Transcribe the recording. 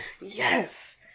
Yes